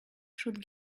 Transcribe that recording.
should